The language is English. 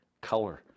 color